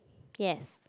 yes